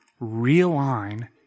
realign